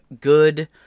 good